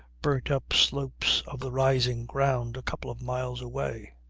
burnt-up slopes of the rising ground a couple of miles away.